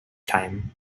time